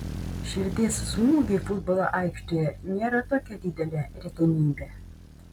širdies smūgiai futbolo aikštėje nėra tokia didelė retenybė